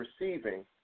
receiving